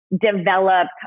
develop